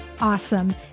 Awesome